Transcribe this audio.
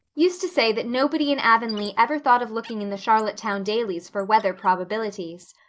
used to say that nobody in avonlea ever thought of looking in the charlottetown dailies for weather probabilities.